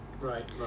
Right